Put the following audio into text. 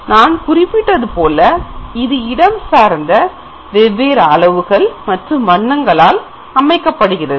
நான் குறிப்பிட்டதுபோல இது இடம் சார்ந்த வெவ்வேறு அளவுகள் மற்றும் வண்ணங்களால் அமைக்கப்படுகிறது